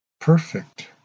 Perfect